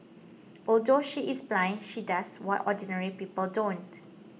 although she is blind she does what ordinary people don't